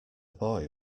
boy